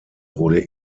wurde